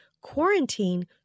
quarantine